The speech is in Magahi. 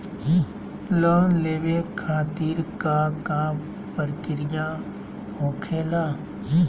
लोन लेवे खातिर का का प्रक्रिया होखेला?